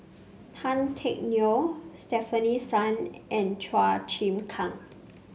Tan Teck Neo Stefanie Sun and Chua Chim Kang